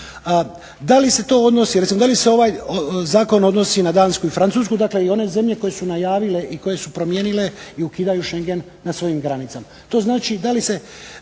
da li se ovaj zakon odnosi na Dansku i Francusku, dakle i one zemlje koje su najavile i koje su promijenile i ukidaju Schengen na svojim granicama,